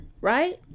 right